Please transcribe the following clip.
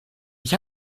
ich